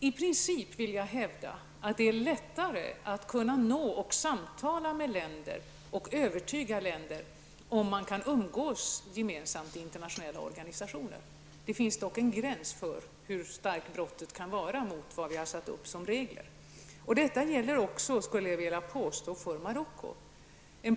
I princip vill jag hävda att det är lättare att nå, samtala med och övertyga länder om man kan umgås i internationella organisationer. Det finns dock en gräns för hur stort brottet kan vara mot de regler som vi har satt upp. Det gäller också, skulle jag vilja påstå, för Marocko.